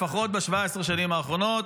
לפחות ב-17 השנים האחרונות,